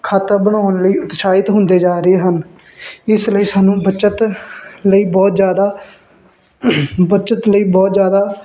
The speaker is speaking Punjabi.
ਖਾਤਾ ਬਣਾਉਣ ਲਈ ਉਤਸਾਹਿਤ ਹੁੰਦੇ ਜਾ ਰਹੇ ਹਨ ਇਸ ਲਈ ਸਾਨੂੰ ਬੱਚਤ ਲਈ ਬਹੁਤ ਜ਼ਿਆਦਾ ਬੱਚਤ ਲਈ ਬਹੁਤ ਜ਼ਿਆਦਾ